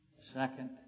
second